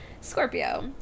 scorpio